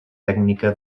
tècnica